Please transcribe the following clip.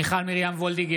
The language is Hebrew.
מיכל מרים וולדיגר,